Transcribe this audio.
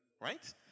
right